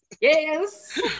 yes